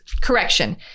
Correction